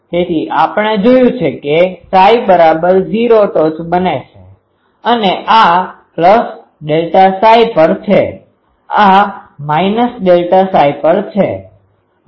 તેથી આપણે જોયું છે કે Ψ૦ ટોચ બને છે અને આ ΔΨ પર છે